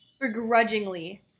begrudgingly